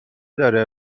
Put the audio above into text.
داره